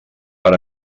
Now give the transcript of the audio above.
per